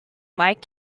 like